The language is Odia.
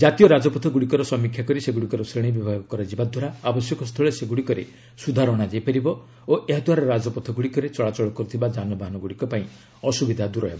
ଜାତୀୟ ରାଜପଥ ଗୁଡ଼ିକର ସମୀକ୍ଷା କରି ସେଗୁଡ଼ିକର ଶ୍ରେଣୀ ବିଭାଗ କରାଯିବା ଦ୍ୱାରା ଆବଶ୍ୟକ ସ୍ଥଳେ ସେଗୁଡ଼ିକରେ ସୁଧାର ଅଶାଯାଇପାରିବ ଓ ଏହାଦ୍ୱାରା ରାଜପଥ ଗୁଡ଼ିକରେ ଚଳାଚଳ କରୁଥିବା କ୍ଷାନବାହନ ଗୁଡ଼ିକ ପାଇଁ ଅସୁବିଧା ଦୂର ହେବ